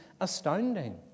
astounding